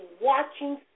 watching